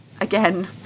again